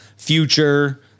future